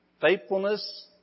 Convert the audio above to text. faithfulness